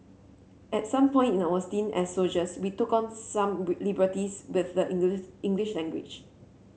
at some point in our stint as soldiers we took some liberties with the English English language